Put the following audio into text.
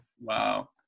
wow